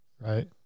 Right